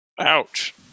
Ouch